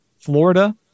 Florida